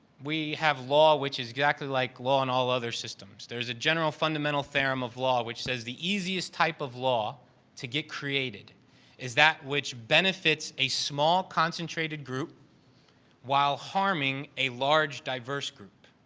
we have law which is exactly like law in all other systems. there's a general fundamental theorem of law which says, the easiest type of law to get created is that which benefits a small concentrated group while harming a large diverse group.